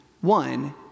One